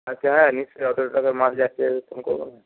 হ্যাঁ নিশ্চয়ই অতো টাকার মাল যাচ্ছে কেন করব না